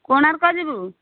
କୋଣାର୍କ ଯିବୁ